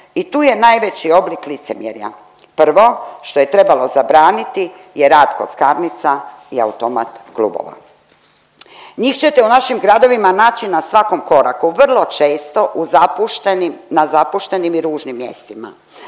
i tu je najveći oblik licemjerja. Prvo što je trebalo zabraniti je rad kockarnica i automat klubova. Njih ćete u našim gradovima naći na svakom koraku vrlo često na zapuštenim i ružnim mjestima.